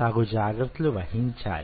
తగు జాగ్రత్తలు వహించాలి